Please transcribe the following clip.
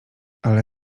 ale